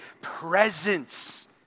presence